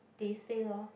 they say lor